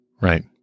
Right